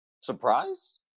surprise